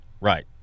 Right